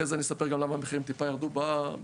אחרי כך אני אספר גם למה המחירים טיפה ירדו בשוק,